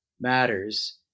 matters